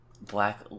black